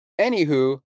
Anywho